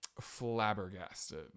flabbergasted